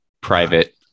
private